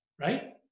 right